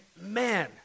man